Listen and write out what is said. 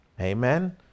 amen